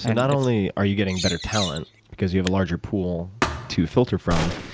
not only are you getting better talent because you have a larger pool to filter from,